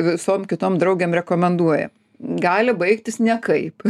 visom kitom draugėm rekomenduoja gali baigtis nekaip